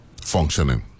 functioning